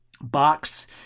box